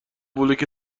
بلوک